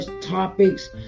topics